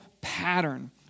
pattern